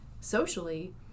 socially